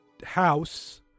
house